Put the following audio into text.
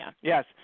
Yes